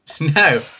no